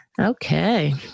Okay